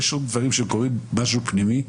אבל יש דברים שקורה משהו פנימי,